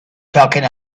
talking